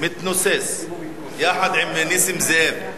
מתנוסס, אם הוא מתנוסס, יחד עם נסים זאב.